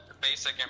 basic